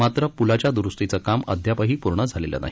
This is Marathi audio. मात्र प्लाच्या द्रुस्तीचं काम अद्यापही पूर्ण झालेलं नाही